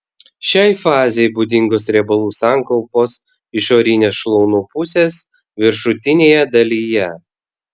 šiai fazei būdingos riebalų sankaupos išorinės šlaunų pusės viršutinėje dalyje